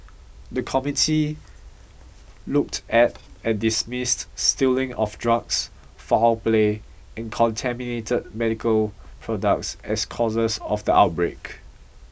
the committee looked at and dismissed stealing of drugs foul play and contaminated medical products as causes of the outbreak